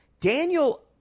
Daniel